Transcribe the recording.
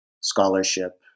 scholarship